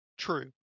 True